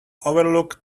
overlooked